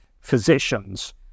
physicians